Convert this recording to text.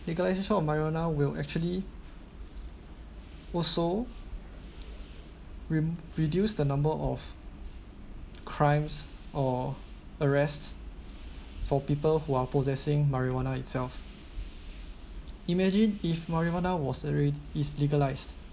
you guys also marijuana will actually also rem~ reduce the number of crimes or arrests for people who are possessing marijuana itself imagine if marijuana was alrea~ is legalized